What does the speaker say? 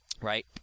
right